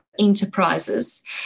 enterprises